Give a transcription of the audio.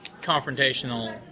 confrontational